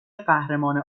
قهرمان